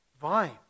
vine